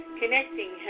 connecting